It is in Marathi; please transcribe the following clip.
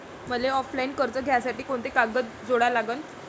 मले ऑफलाईन कर्ज घ्यासाठी कोंते कागद जोडा लागन?